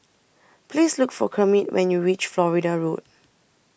Please Look For Kermit when YOU REACH Florida Road